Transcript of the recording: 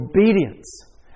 obedience